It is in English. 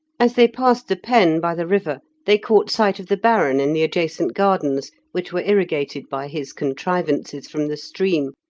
as they passed the pen by the river they caught sight of the baron in the adjacent gardens, which were irrigated by his contrivances from the stream,